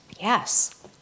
yes